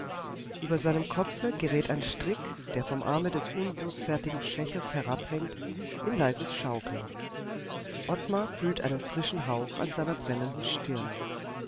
über seinem kopfe gerät ein strick der vom arme des unbußfertigen schächers herabhängt in leises schaukeln ottmar fühlt einen frischen hauch an seiner brennenden stirn